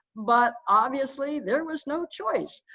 but obviously there was no choice,